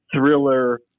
thriller